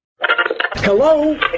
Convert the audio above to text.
Hello